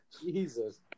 Jesus